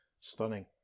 Stunning